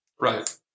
Right